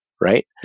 right